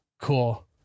Cool